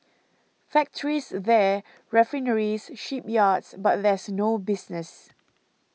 factories there refineries shipyards but there's no business